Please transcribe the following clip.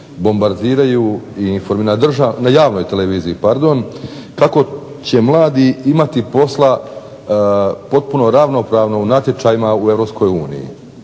bombardiraju i, na javnoj televiziji, kako će mladi imati posla potpuno ravnopravno u natječajima u EU.